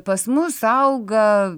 pas mus auga